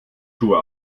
schuhe